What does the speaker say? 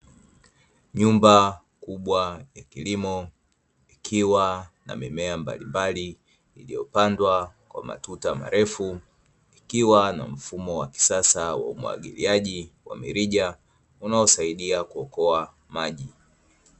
Nyumba kubwa ya kilimo ikiwa na mimea mbalimbali iliyopandwa kwa matuta marefu, ikiwa na mfumo wa kisasa wa umwagiliaji wa mirija unaosaidia kuokoa maji.